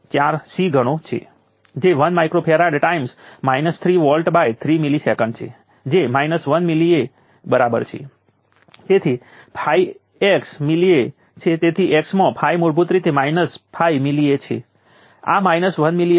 તે ચોક્કસ ગણતરી માટે નથી કે તમે કેલ્ક્યુલેટર અથવા કમ્પ્યુટરનો ઉપયોગ કરો છો પરંતુ વસ્તુ કઈ રીતે બદલાઈ રહી છે તે સમજવા માટે વેવફોર્મ સ્વરૂપો દોરવા ખૂબ જ સારા છે